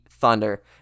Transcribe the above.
thunder